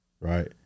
Right